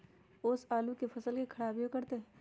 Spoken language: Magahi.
ओस आलू के फसल के खराबियों करतै?